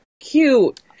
cute